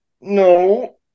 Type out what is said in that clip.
No